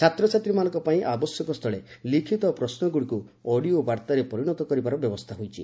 ଛାତ୍ରଛାତ୍ରୀମାନଙ୍କ ପାଇଁ ଆବଶ୍ୟକ ସ୍ଥଳେ ଲିଖିତ ପ୍ରଶ୍ମଗୁଡ଼ିକୁ ଅଡ଼ିଓ ବାର୍ତ୍ତାରେ ପରିଣତ କରିବାର ବ୍ୟବସ୍ଥା ହୋଇଛି